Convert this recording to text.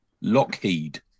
Lockheed